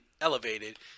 elevated